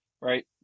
right